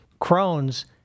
Crohn's